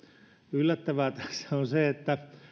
yllättävää tässä on se että